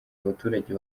abaturage